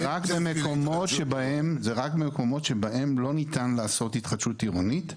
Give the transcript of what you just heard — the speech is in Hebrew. במקומות שבהם לא ניתן לעשות התחדשות עירונית.